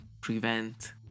prevent